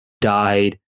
died